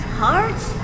hearts